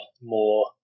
more